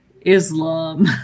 Islam